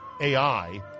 AI